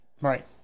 Right